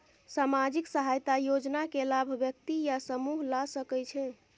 सामाजिक सहायता योजना के लाभ व्यक्ति या समूह ला सकै छै?